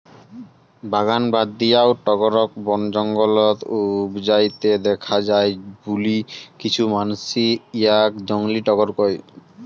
বাগান বাদ দিয়াও টগরক বনজঙ্গলত উবজাইতে দ্যাখ্যা যায় বুলি কিছু মানসি ইয়াক জংলী টগর কয়